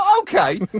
Okay